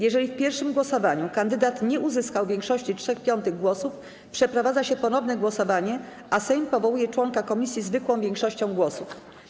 Jeżeli w pierwszym głosowaniu kandydat nie uzyskał większości 3/5 głosów, przeprowadza się ponowne głosowanie, a Sejm powołuje członka komisji zwykłą większością głosów.